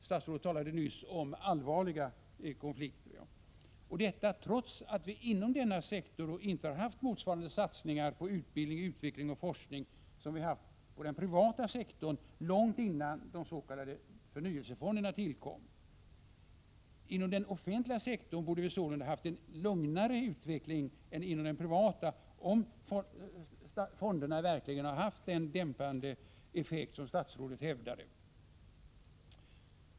Statsrådet talade nyss om allvarliga konflikter. Det här har skett, trots att vi inom denna sektor inte har haft motsvarande satsningar på utbildning, utveckling och forskning som vi har haft på den privata sektorn långt före de s.k. förnyelsefondernas tillkomst. Inom den offentliga sektorn borde vi sålunda ha haft en lugnare utveckling än inom den privata, om fonderna verkligen har haft den dämpande effekt som statsrådet hävdade.